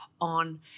on